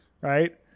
right